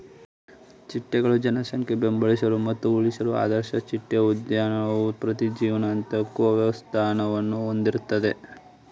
ಚಿಟ್ಟೆಗಳ ಜನಸಂಖ್ಯೆ ಬೆಂಬಲಿಸಲು ಮತ್ತು ಉಳಿಸಲು ಆದರ್ಶ ಚಿಟ್ಟೆ ಉದ್ಯಾನವು ಪ್ರತಿ ಜೀವನ ಹಂತಕ್ಕೂ ಆವಾಸಸ್ಥಾನವನ್ನು ಹೊಂದಿರ್ತದೆ